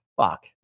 fuck